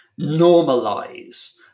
normalize